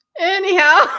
anyhow